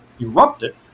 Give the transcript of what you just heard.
erupted